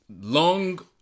Long